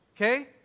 okay